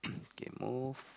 okay move